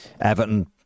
Everton